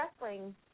wrestling